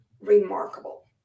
remarkable